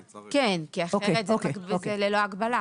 כן, כי אחרת זה ללא הגבלה.